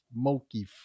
smoky